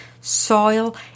soil